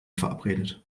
verabredet